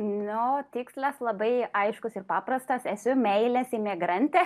nu tikslas labai aiškus ir paprastas esu meilės imigrantė